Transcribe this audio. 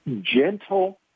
gentle